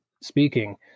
speaking